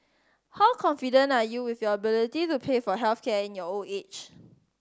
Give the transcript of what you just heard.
how confident are you with your ability to pay for health care in your old age